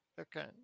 Okay